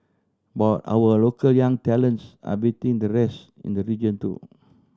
but our local young talents are beating the rest in the region too